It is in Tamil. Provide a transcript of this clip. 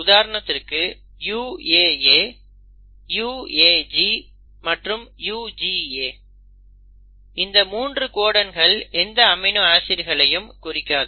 உதாரணத்திற்கு UAA UAG மற்றும் UGA இந்த 3 கோடன்கள் எந்த அமினோ ஆசிட்களையும் குறிக்காது